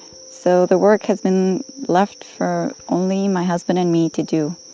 so the work has been left for only my husband and me to do.